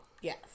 Yes